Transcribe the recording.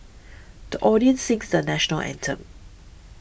the audience sings the National Anthem